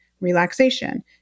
relaxation